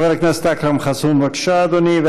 חבר הכנסת אכרם חסון, בבקשה, אדוני.